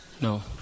No